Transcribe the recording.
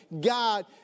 God